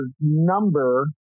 number